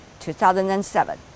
2007